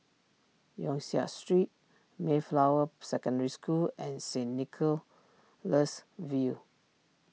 Yong Siak Street Mayflower Secondary School and Saint Nicholas View